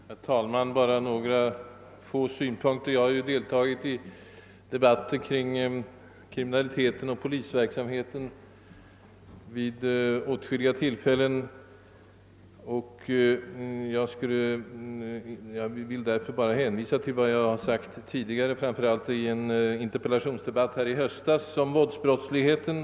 Herr talman! Bara några få ytterligare synpunkter i all korthet. Jag har deltagit förut i debatter kring kriminaliteten och polisverksamheten vid åtskilliga tillfällen här i kammaren, och jag kan därför egentligen hänvisa till vad jag sagt tidigare, framför allt i en interpellationsdebatt här i höstas om våldsbrottsligheten.